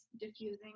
diffusing